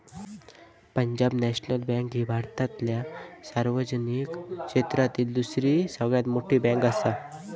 Punjab National Bank ही भारतातल्या सार्वजनिक क्षेत्रातली दुसरी सगळ्यात मोठी बँकआसा